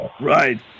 Right